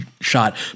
shot